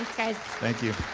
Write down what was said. guys. thank you.